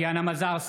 טטיאנה מזרסקי,